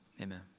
Amen